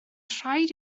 rhaid